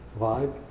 vibe